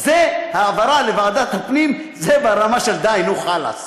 העברה לוועדת הפנים זה ברמה של: די, נו, חאלס.